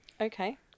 Okay